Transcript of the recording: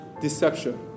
deception